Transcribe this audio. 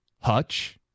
Hutch